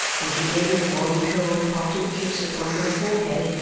when she gave me one cold parting kiss upon my forehead,